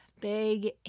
big